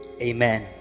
Amen